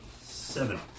Seven